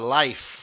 life